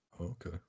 Okay